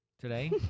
today